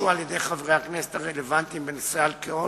חברי הכנסת הרלוונטיים בנושא אלכוהול,